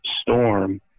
storm